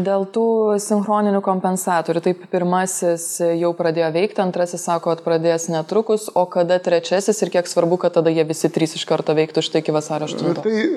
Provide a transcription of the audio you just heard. dėl tų sinchroninių kompensatorių taip pirmasis jau pradėjo veikti antrasis sakot pradės netrukus o kada trečiasis ir kiek svarbu kad tada jie visi trys iš karto veiktų štai iki vasario aštuntos